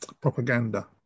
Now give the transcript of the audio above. propaganda